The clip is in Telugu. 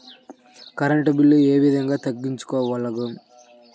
కరెంట్ బిల్లు ఏ విధంగా తగ్గించుకోగలము?